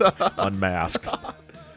Unmasked